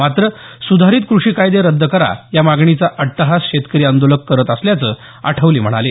मात्र सुधारित कृषी कायदे रद्द करा या मागणीचा अट्टहास शेतकरी आंदोलक करत असल्याचं आठवले म्हणाले